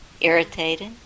irritated